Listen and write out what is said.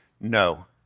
no